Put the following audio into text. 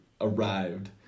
arrived